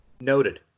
Noted